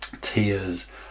Tears